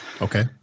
Okay